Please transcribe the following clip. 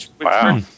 Wow